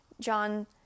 John